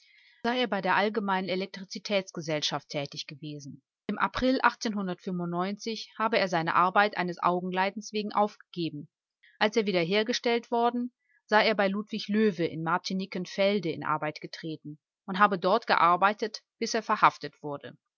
sei er bei der allgemeinen elektrizitäts gesellschaft tätig gewesen im april habe er seine arbeit eines augenleidens wegen aufgegeben als er wiederhergestellt worden sei er bei ludwig löwe in martinikenfelde in arbeit getreten und habe dort gearbeitet bis er verhaftet wurde